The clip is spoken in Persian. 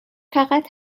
فقط